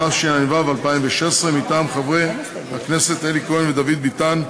התשע"ו 2016, מטעם חברי הכנסת אלי כהן ודוד ביטן,